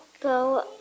go